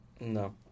no